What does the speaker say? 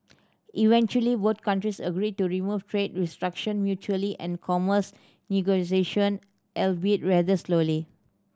eventually both countries agreed to remove trade restriction mutually and commence negotiation albeit rather slowly